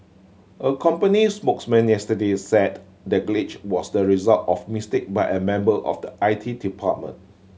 a company spokesman yesterday said the glitch was the result of mistake by a member of the I T department